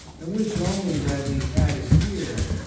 and wish only that he had it here,